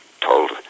told